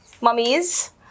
mummies